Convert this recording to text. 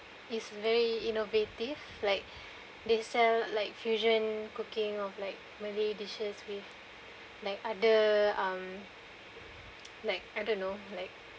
is very innovative like they sell like fusion cooking of like malay dishes with like ada um like I don't know like